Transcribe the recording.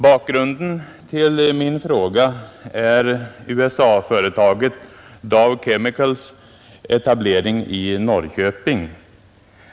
Bakgrunden till min fråga är USA-företaget Dow Chemicals etablering i Norrköping.